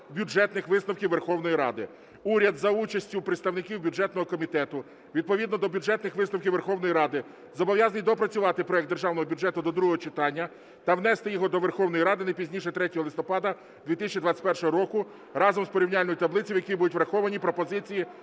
Бюджетних висновків Верховної Ради. Уряд за участю представників бюджетного комітету відповідно до Бюджетних висновків Верховної Ради зобов'язаний доопрацювати проект Державного бюджету до другого читання та внести його до Верховної Ради не пізніше 3 листопада 2021 року разом з порівняльною таблицею, в якій будуть враховані пропозиції